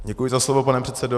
Děkuji za slovo, pane předsedo.